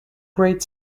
great